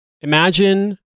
Imagine